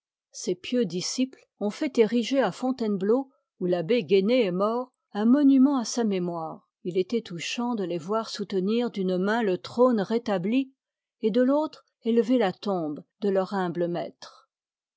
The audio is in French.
ces pieux disciples ont fait ériger à fontainebleau où l'abbé guénée est mort un monument à sa mémoire il étoit touchant de les voir soutenir d'une main le trône rétabli et de l'autre élever la tombe de leur humble maître